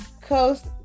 Coast